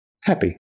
Happy